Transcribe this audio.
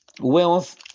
wealth